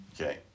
Okay